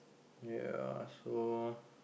ya so